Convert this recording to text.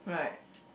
right